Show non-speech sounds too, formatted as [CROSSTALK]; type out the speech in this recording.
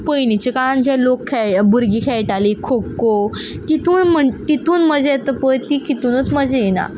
पयलींचे काळांत जे लोक खेळटाले भुरगीं खेळटालीं खो खो तितून [UNINTELLIGIBLE] तितून मजा येता पय ती कितुनूच मजा येना